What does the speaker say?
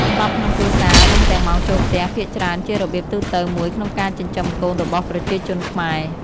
ច្បាប់ក្នុងគ្រួសារ រួមទាំងម៉ោងចូលផ្ទះ ភាគច្រើនជារបៀបទូទៅមួយក្នុងការចិញ្ចឹមកូនរបស់ប្រជាជនខ្មែរ។